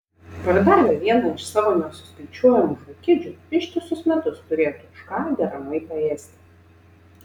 pardavę vieną iš savo nesuskaičiuojamų žvakidžių ištisus metus turėtų už ką deramai paėsti